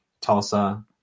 Tulsa